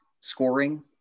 scoring